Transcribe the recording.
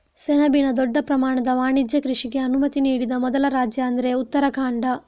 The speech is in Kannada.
ಸೆಣಬಿನ ದೊಡ್ಡ ಪ್ರಮಾಣದ ವಾಣಿಜ್ಯ ಕೃಷಿಗೆ ಅನುಮತಿ ನೀಡಿದ ಮೊದಲ ರಾಜ್ಯ ಅಂದ್ರೆ ಉತ್ತರಾಖಂಡ